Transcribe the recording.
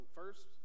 first